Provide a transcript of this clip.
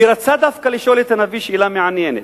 ורצה דווקא לשאול את הנביא שאלה מעניינת.